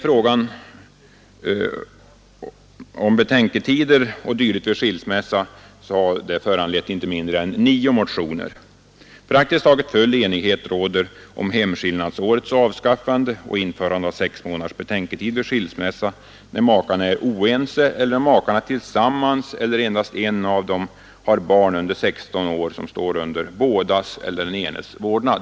Frågan om betänketider o. d. vid skilsmässa har föranlett inte mindre än nio motioner. Praktiskt taget full enighet råder om hemskillnadsårets avskaffande och införande av sex månaders betänketid vid skilsmässa när makarna är oense eller om makarna tillsammans eller endast en av dem har barn under 16 år som står under bådas eller den enes vårdnad.